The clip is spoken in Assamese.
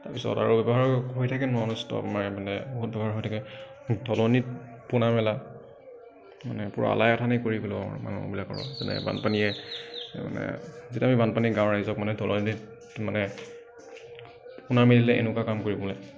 তাৰপিছত আৰু ব্যৱহাৰ হৈ থাকে নন ষ্টপ আমাৰ মানে বহুত ব্যৱহাৰ হৈ থাকে দলনিত পোণা মেলা মানে পূৰা আলাই আথানি কৰি পেলোৱা মানে মানুহবিলাকৰ যেনে বানপানীয়ে মানে যেতিয়া আমি বানপানী গাঁৱৰ ৰাইজক মানে দলনিত মানে পোনা মেলিলে এনেকুৱা কাম কৰিবলৈ